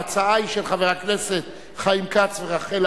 ההצעה היא של חבר הכנסת חיים כץ ורחל